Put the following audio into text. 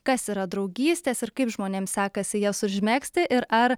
kas yra draugystės ir kaip žmonėms sekasi jas užmegzti ir ar